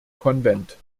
konvent